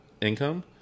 income